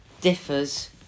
differs